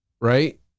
right